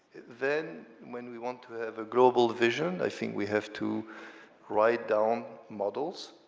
then when we want to have a global vision, i think we have to write down models,